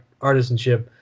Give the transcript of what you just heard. artisanship